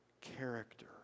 character